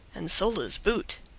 and soules' boot.